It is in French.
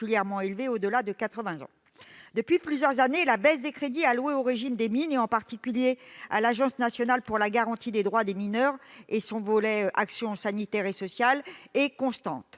particulièrement élevée, au-delà de 80 ans. Depuis plusieurs années, la baisse des crédits alloués au régime des mines, en particulier à l'Agence nationale pour la garantie des droits des mineurs (ANGDM), et son volet action sanitaire et sociale est constante.